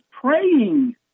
praying